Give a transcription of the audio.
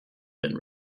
been